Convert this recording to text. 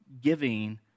giving